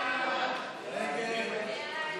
סעיפים 13 15,